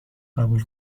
قبول